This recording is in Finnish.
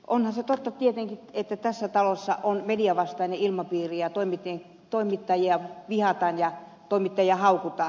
onhan se totta tietenkin että tässä talossa on mediavastainen ilmapiiri ja toimittajia vihataan ja toimittajia haukutaan